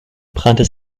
brannte